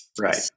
right